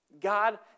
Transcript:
God